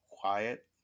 quiet